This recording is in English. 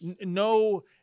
no